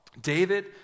David